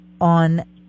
on